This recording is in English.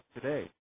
today